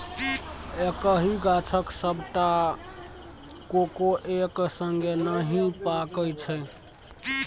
एक्कहि गाछक सबटा कोको एक संगे नहि पाकय छै